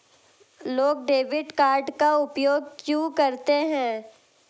लोग debit card का उपयोग क्यों करते हैं?